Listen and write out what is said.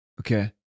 Okay